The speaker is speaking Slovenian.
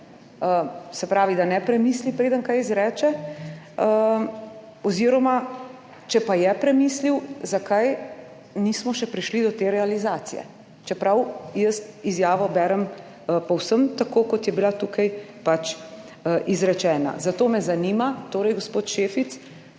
se pravi, da ne premisli preden kaj izreče oziroma, če pa je premislil, zakaj nismo še prišli do te realizacije, čeprav jaz izjavo berem povsem tako, kot je bila tukaj pač izrečena. Zato me zanima, torej gospod Šefic